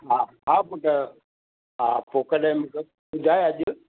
हा हा पुटु हा पोइ कॾहिं मूंखे ॿुधाइ अॼु